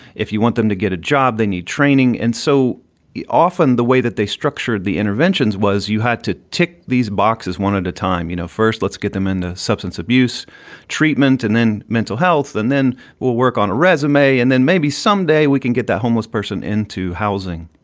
if you want them to get a job, they need training. and so often the way that they structured the interventions was you had to tick these boxes one at a time. you know, first let's get them into substance abuse treatment and then mental health and then we'll work on a resume and then maybe someday we can get that homeless person into housing.